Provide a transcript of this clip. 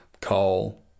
coal